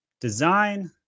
design